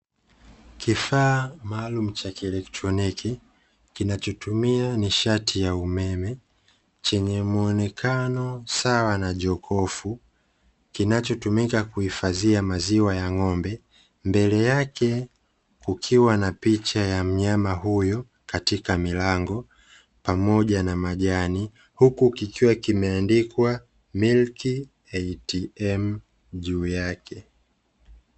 Kifaa maalumu cha kielektroniki, kinachotumia nishati ya umeme, chenye muonekano sawa na jokofu, kinachotumika kuhifadhia maziwa ya ng'ombe, mbele yake kukiwa na picha ya mnyama huyo katika milango pamoja na majani, huku kikiwa kimeandikwa "MILK ATM" juu yake.